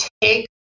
take